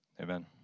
Amen